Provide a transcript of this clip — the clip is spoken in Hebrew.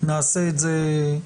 נעשה את זה,